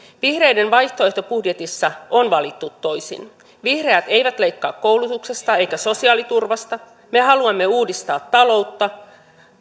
vihreiden vaihtoehtobudjetissa on valittu toisin vihreät eivät leikkaa koulutuksesta eivätkä sosiaaliturvasta me haluamme uudistaa taloutta